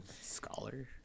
scholar